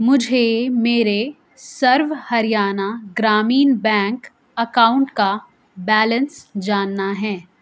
مجھے میرے Sarva Haryana Gramin bank account کا بیلنس جاننا ہے